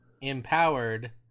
empowered